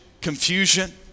confusion